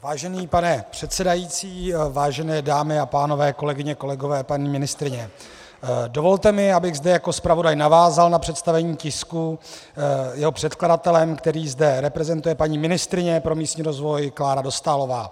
Vážený pane předsedající, vážené dámy a pánové, kolegyně, kolegové, paní ministryně, dovolte mi, abych zde jako zpravodaj navázal na představení tisku jeho předkladatelem, který zde reprezentuje paní ministryně pro místní rozvoj Klára Dostálová.